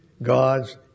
God's